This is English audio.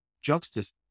justice